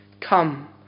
Come